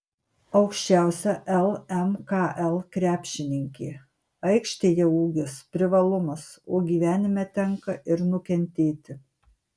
aukščiausia lmkl krepšininkė aikštėje ūgis privalumas o gyvenime tenka ir nukentėti